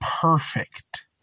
perfect